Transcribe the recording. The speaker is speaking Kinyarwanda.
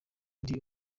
ndi